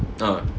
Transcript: uh